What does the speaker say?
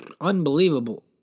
Unbelievable